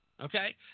Okay